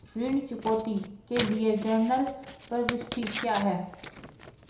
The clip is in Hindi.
ऋण चुकौती के लिए जनरल प्रविष्टि क्या है?